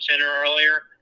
earlier